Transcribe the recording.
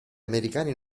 americani